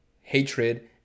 hatred